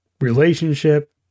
relationship